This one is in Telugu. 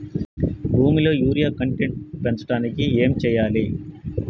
భూమిలో యూరియా కంటెంట్ పెంచడానికి ఏం చేయాలి?